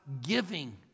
giving